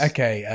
Okay